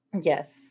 Yes